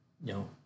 No